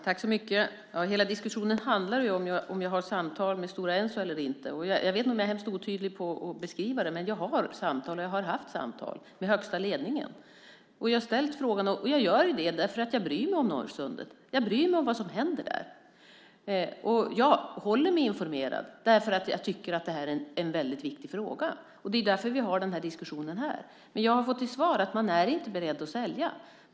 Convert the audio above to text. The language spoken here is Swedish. Fru talman! Diskussionen handlar ju om huruvida jag har samtal med Stora Enso eller inte. Jag vet inte om jag är väldigt otydlig när det gäller att beskriva det. Jag har samtal, och jag har haft samtal med högsta ledningen. Jag har ställt frågan. Jag gör det därför att jag bryr mig om Norrsundet. Jag bryr mig om vad som händer där. Jag håller mig informerad därför att jag tycker att det här är en väldigt viktig fråga. Det är därför vi har den här diskussionen. Jag har fått till svar att man inte är beredd att sälja.